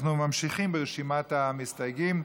אנחנו ממשיכים ברשימת המסתייגים.